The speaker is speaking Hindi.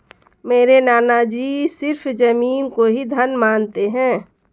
मेरे नाना जी सिर्फ जमीन को ही धन मानते हैं